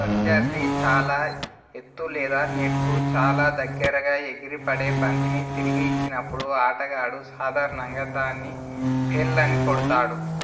ప్రత్యర్థి చాలా ఎత్తు లేదా నెట్కు చాలా దగ్గరగా ఎగిరి పడే బంతిని తిరిగి ఇచ్చినప్పుడు ఆటగాడు సాధారణంగా దాన్ని పేళ్ళని కొడతాడు